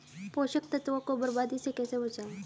पोषक तत्वों को बर्बादी से कैसे बचाएं?